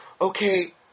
Okay